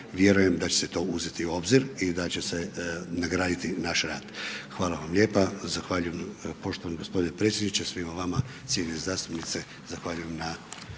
vjerujem da će se to uzeti u obzir i da će se nagraditi naš rad. Hvala vam lijepa, zahvaljujem poštovani gospodine predsjedniče, svima vama cijenjene zastupnice zahvaljujem na